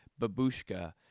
babushka